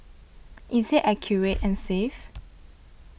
is it accurate and safe